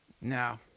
No